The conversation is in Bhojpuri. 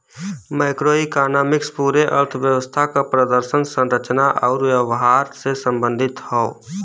मैक्रोइकॉनॉमिक्स पूरे अर्थव्यवस्था क प्रदर्शन, संरचना आउर व्यवहार से संबंधित हौ